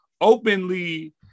openly